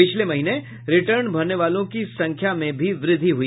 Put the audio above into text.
पिछले महीने रिटर्न भरने वालों की संख्या में भी वृद्धि हुई